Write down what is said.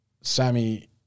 Sammy